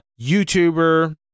youtuber